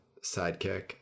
sidekick